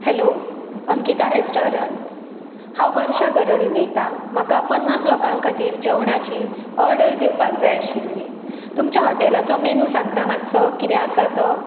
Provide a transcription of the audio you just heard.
hello Ankita restaurant हांव वर्षा गरड उलयतां म्हाका पन्नास लोकां खातीर जेवणाची ऑर्डर दिवपाक जाय आशिल्ली तुमच्या हॉटेलाचो मेनू सांगता मातसो कितें आसा तो